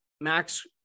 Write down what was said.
Max